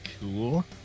cool